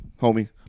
homie